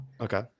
Okay